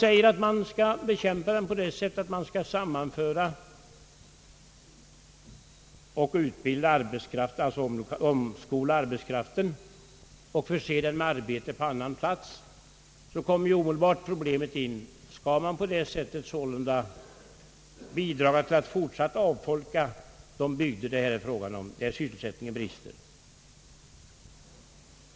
Skall man bekämpa arbetslösheten genom att sammanföra och utbilda arbetskraft, alltså omskola arbetskraften och förse den med sysselsättning på annan plats, uppkommer omedelbart problemet: Skall man på det sättet bidraga till att fortsätta avfolkningen i de bygder som det här är fråga om och där sysselsättningen brister?